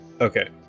Okay